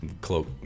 Cloak